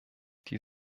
die